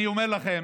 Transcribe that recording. אני אומר לכם,